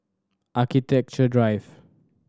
Architecture Drive